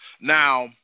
Now